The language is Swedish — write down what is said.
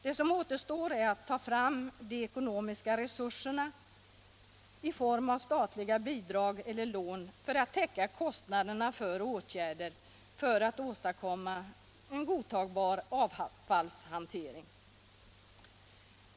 Det som återstår är att ta fram de ekonomiska resurserna i form av statliga bidrag eller lån som täcker kostnaderna för åtgärder i syfte att åstadkomma godtagbar avfallshantering.